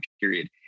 period